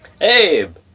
Abe